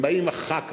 הם באים אחר כך.